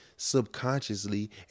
subconsciously